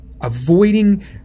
avoiding